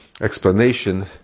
explanation